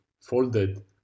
folded